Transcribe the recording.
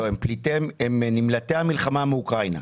לא, הם נמלטי המלחמה מאוקראינה.